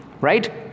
Right